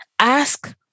Ask